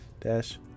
dash